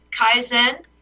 Kaizen